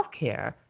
healthcare